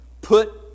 put